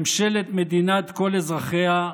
ממשלת מדינת כל אזרחיה,